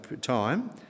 time